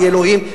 מאלוהים,